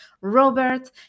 Robert